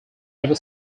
ever